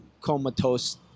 comatose